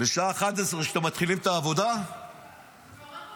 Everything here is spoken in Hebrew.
בשעה 11:00 כשאתם מתחילים את העבודה -- זה מעורר בנו תיאבון,